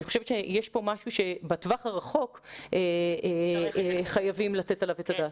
אני חושבת שיש פה משהו שבטווח הרחוק חייבים לתת עליו את הדעת.